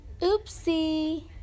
Oopsie